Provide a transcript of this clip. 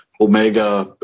Omega